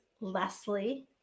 leslie